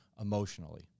emotionally